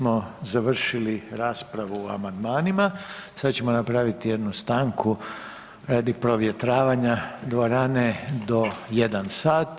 Time smo završili raspravu o amandmanima, sad ćemo napraviti jednu stanku radi provjetravanja dvorane do 1 sat.